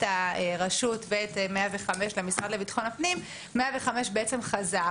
הרשות ואת 105 למשרד לביטחון הפנים 105 חזר,